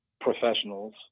professionals